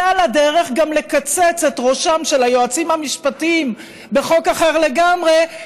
ועל הדרך גם לקצץ את ראשם של היועצים המשפטיים בחוק אחר לגמרי,